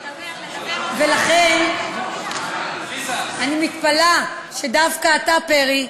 ולכן, אני מתפלאת שדווקא אתה, פרי,